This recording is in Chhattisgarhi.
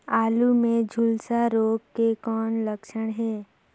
आलू मे झुलसा रोग के कौन लक्षण हे?